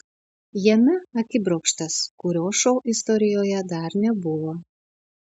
jame akibrokštas kurio šou istorijoje dar nebuvo